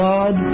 God